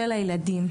של הילדים,